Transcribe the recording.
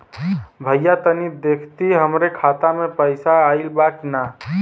भईया तनि देखती हमरे खाता मे पैसा आईल बा की ना?